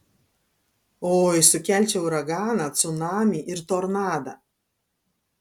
oi sukelčiau uraganą cunamį ir tornadą